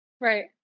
Right